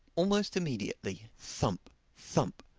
almost immediately, thump, thump,